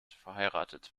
verheiratet